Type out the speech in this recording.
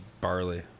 barley